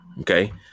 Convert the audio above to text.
Okay